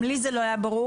גם לי זה לא היה ברור,